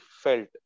felt